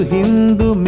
Hindu